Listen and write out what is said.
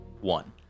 One